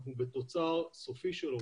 אנחנו בתוצר סופי שלו,